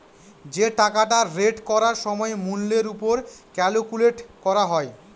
যে টাকাটা রেট করার সময় মূল্যের ওপর ক্যালকুলেট করা হয়